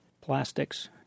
plastics